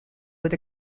with